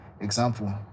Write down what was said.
example